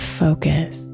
focus